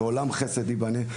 עולם חסד יבנה,